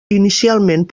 inicialment